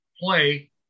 play